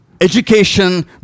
education